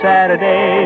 Saturday